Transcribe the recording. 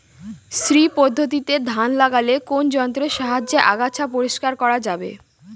শ্রী পদ্ধতিতে ধান লাগালে কোন যন্ত্রের সাহায্যে আগাছা পরিষ্কার করা যাবে?